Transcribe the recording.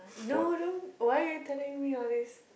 no don't why are you telling me all this